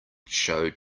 showed